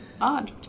Odd